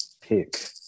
pick